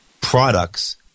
products